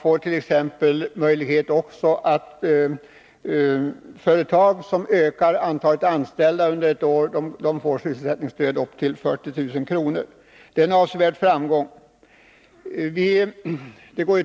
Ett företag som ökar antalet anställda under ett år kan få sysselsättningsstöd upp till 40 000 kr. Det är en avsevärd framgång.